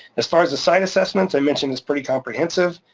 as far as the site assessments, i mentioned, it's pretty comprehensive.